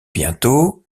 bientôt